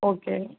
okay